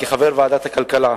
כחבר ועדת הכלכלה,